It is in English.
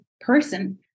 person